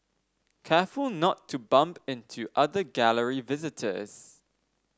careful not to bump into other Gallery visitors